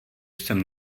jsem